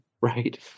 right